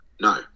no